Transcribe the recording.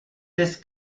des